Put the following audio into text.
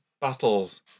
battles